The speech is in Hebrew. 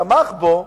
תמך בו,